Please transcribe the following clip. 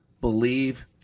believe